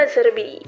Serbi